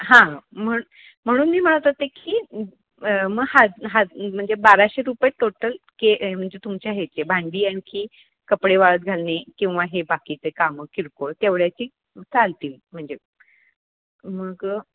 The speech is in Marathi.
हां म्हण म्हणून मी म्हणत होते की मग हात हात म्हणजे बाराशे रुपये टोटल के म्हणजे तुमच्या ह्याचे भांडी आणखी कपडे वाळत घालणे किंवा हे बाकीचे कामं किरकोळ तेवढ्याची चालतील म्हणजे मग